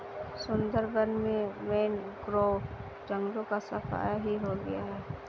सुंदरबन में मैंग्रोव जंगलों का सफाया ही हो गया है